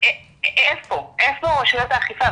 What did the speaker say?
איפה רשויות האכיפה?